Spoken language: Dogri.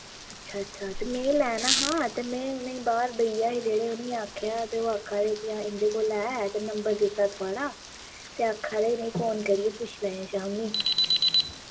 अच्छा अच्छा ते में लैना हा ते में उ'नेंगी बाह्र भैया हे जेह्ड़े उ'नेंगी आखेआ ते ओह् आक्खा दे कि हां इं'दे कोल ऐ ते नंबर दित्ता थोआढ़ा ते आक्खा दे इ'नेंगी फोन करियै पुच्छी लैएओ शाम्मी